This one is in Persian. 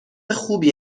خوبی